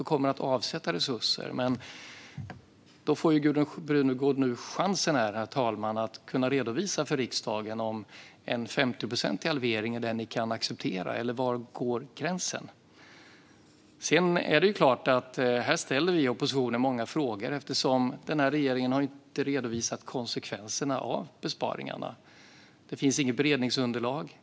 Vi kommer att avsätta resurser. Men Gudrun Brunegård får nu chansen att redovisa för riksdagen om en 50-procentig halvering är det ni kan acceptera. Var går gränsen? Sedan är det klart att här ställer vi i oppositionen många frågor eftersom den här regeringen inte har redovisat konsekvenserna av besparingarna. Det finns inget beredningsunderlag.